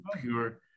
pure